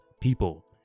people